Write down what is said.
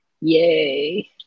yay